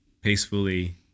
peacefully